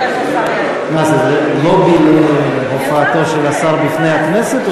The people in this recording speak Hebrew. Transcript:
מה זה, זה לובי להופעתו של השר בפני הכנסת?